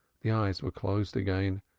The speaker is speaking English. the eyes were closed again,